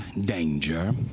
danger